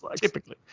Typically